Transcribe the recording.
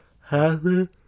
Happy